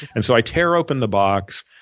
and so i tear open the box,